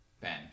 Ben